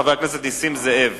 חבר הכנסת נסים זאב.